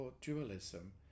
dualism